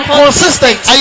consistent